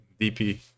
DP